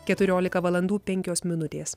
keturiolika valandų penkios minutės